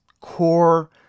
core